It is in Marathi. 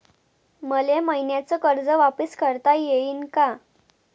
मले मईन्याचं कर्ज वापिस करता येईन का?